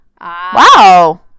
wow